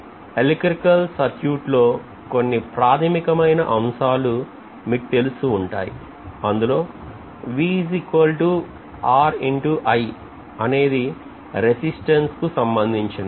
electrical circuit లో కొన్ని ప్రాథమికమైన అంశాలు మీకు తెలిసి ఉంటాయి అందులో అనేది రెసిస్టెన్స్ కు సంబంధించినది